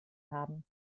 haben